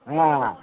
ହଁ